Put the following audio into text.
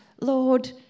Lord